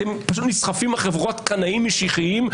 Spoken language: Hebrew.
כי אתם פשוט נסחפים אחרי חבורת קנאים משיחיים,